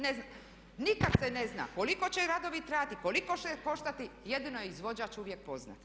Nikad se ne zna koliko će radovi trajati, koliko će koštati jedino je izvođač uvijek poznat.